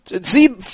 See